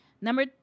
Number